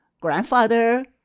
grandfather